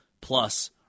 plus